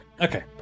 Okay